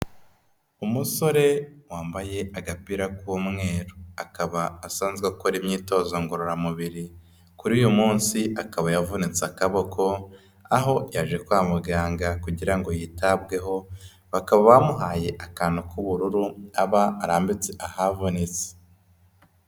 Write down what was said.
Umusore wambaye agapira k'umweru, akaba asanzwe akora imyitozo ngororamubiri, kuri uyu munsi akaba yavunitse akaboko, aho yaje kwa muganga kugira ngo yitabweho, bakaba bamuhaye akantu k'ubururu aba arambitse ahavunitse.